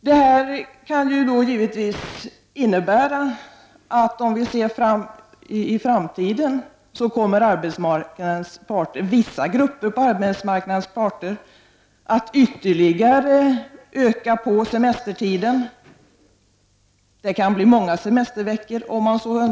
I framtiden kan det innebära att vissa grupper av arbetsmarknadens parter kommer att vilja öka semestertiden ytterligare — det kan bli fråga om många semesterveckor.